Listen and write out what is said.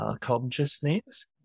consciousness